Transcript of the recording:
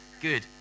Good